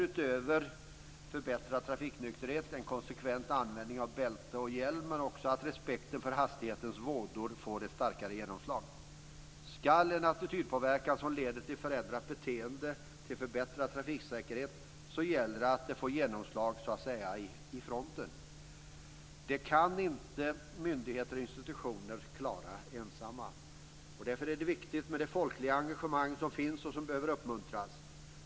Utöver förbättrad trafiknykterhet handlar det om en konsekvent användning av bälte och hjälm och också om att respekten för hastighetens vådor får ett starkare genomslag. För att en attitydpåverkan ska leda till ett förändrat beteende, till förbättrad trafiksäkerhet, gäller det att detta får genomslag så att säga i fronten. Det kan inte myndigheter och institutioner ensamma klara. Därför är det viktigt med det folkliga engagemang som finns och som behöver uppmuntras.